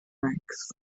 ranks